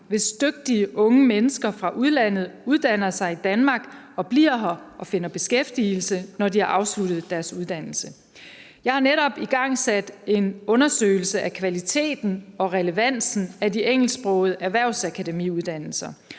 hvis dygtige unge mennesker fra udlandet uddanner sig i Danmark og bliver her og finder beskæftigelse, når de har afsluttet deres uddannelse. Jeg har netop igangsat en undersøgelse af kvaliteten og relevansen af de engelsksprogede erhvervsakademiuddannelser,